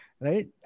Right